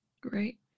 great